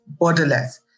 borderless